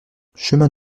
chemin